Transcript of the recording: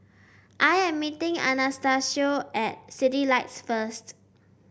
I am meeting Anastacio at Citylights first